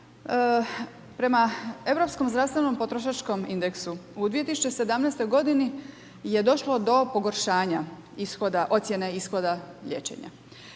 Prema Europskom zdravstvenom potrošačkom indeksu u 2017. godini je došlo do pogoršanja ocjene ishoda liječenja.